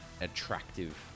attractive